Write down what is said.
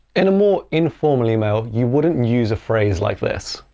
in a more informal email, you wouldn't use a phrase like this.